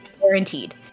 guaranteed